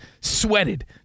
sweated